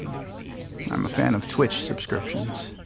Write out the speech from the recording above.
i'm a fan of twitch subscriptions.